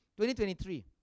2023